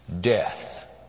death